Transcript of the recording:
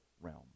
realm